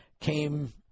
came –